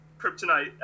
kryptonite